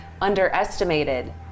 underestimated